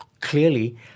clearly